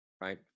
Right